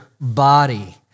body